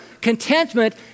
contentment